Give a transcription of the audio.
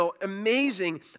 amazing